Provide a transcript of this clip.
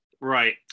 Right